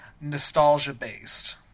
nostalgia-based